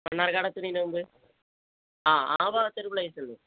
മണ്ണാർക്കാട് എത്തുന്നതിന് മുമ്പ് ആ ആ ഭാഗത്തൊരു പ്ലേസുണ്ട്